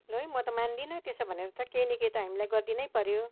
लु है म त मान्दिन त्यसो भनेर त केही न केही त हामिलाई गरिदिनै पऱ्यो